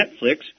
Netflix